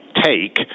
take